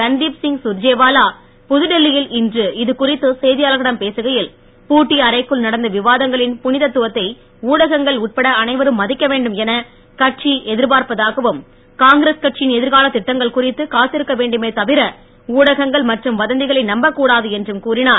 ரண்தீப் சிங் சுர்ஜேவாலா புதுடெல்லியில் இன்று இதுகுறித்து செய்தியாளர்களிடம் பேசுகையில் பூட்டிய அறைக்குள் நடந்த விவாதங்களின் புனிதத்துவத்தை ஊடகங்கள் உட்பட அனைவரும் மதிக்க வேண்டும் என கட்சி எதிர்ப்பார்ப்பதாகவும் காங்கிரஸ் கட்சியின் எதிர்கால திட்டங்கள் குறித்து காத்திருக்க வேண்டுமே தவிர ஊகங்கள் மற்றும் வதந்திகளை நம்பக் கூடாது என்றும் கூறினார்